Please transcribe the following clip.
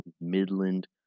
Midland